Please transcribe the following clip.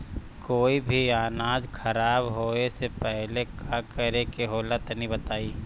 कोई भी अनाज खराब होए से पहले का करेके होला तनी बताई?